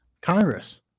Congress